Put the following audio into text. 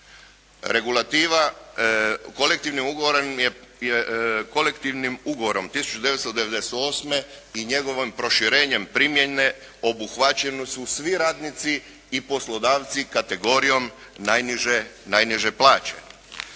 Regulativa kolektivnim ugovorom je 1998. i njegovim proširenjem primjene obuhvaćeni su svi radnici i poslodavci kategorijom najniže plaće.